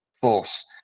force